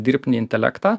dirbtinį intelektą